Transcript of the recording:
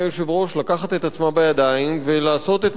לקחת את עצמה בידיים ולעשות את מה שצריך,